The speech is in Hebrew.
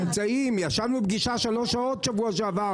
ישבנו בפגישה שלוש שעות בשבוע שעבר.